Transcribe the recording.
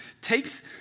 takes